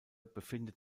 befindet